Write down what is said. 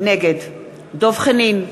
נגד דב חנין,